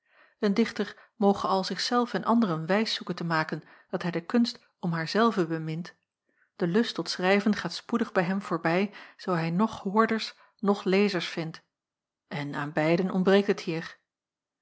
een dichter moge al zich zelf en anderen wijs zoeken te maken dat hij de kunst om haar zelve bemint de lust tot schrijven gaat spoedig bij hem voorbij zoo hij noch hoorders noch lezers vindt en aan beiden ontbreekt het hier